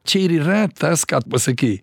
čia ir yra tas ką tu pasakei